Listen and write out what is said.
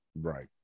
right